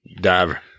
diver